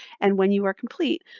and when you are complete,